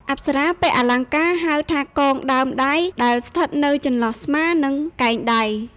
អប្សរាពាក់ អលង្ការ ហៅថាកងដើមដៃ ដែលស្ថិតនៅចន្លោះស្មា និងកែងដៃ។